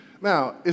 Now